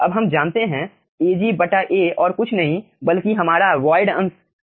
अब हम जानते हैं Ag बटा A और कुछ नहीं बल्कि हमारा वोयड अंश α है